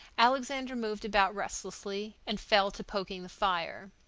alexander moved about restlessly and fell to poking the fire.